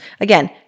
Again